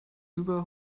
über